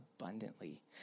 abundantly